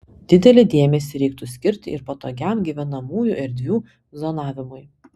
didelį dėmesį reiktų skirti ir patogiam gyvenamųjų erdvių zonavimui